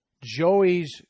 Joey's